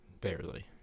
Barely